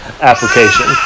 application